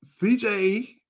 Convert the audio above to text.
CJ